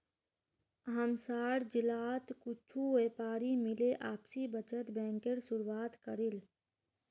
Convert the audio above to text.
हमसार जिलात कुछु व्यापारी मिले आपसी बचत बैंकेर शुरुआत करील